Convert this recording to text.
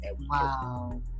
Wow